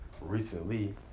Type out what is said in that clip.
recently